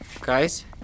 Guys